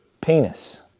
penis